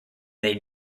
they